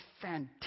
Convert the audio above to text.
fantastic